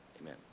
amen